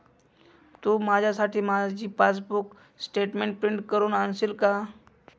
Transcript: तू माझ्यासाठी माझी passbook statement print करून आणशील का?